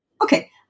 Okay